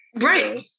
Right